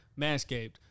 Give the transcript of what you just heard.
Manscaped